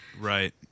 Right